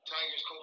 Tigers